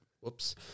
Whoops